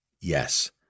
yes